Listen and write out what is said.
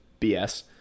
BS